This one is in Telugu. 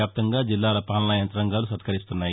వ్యాప్తంగా జిల్లా పాలనా యంగ్రతాంగాలు సత్కరిస్తున్నాయి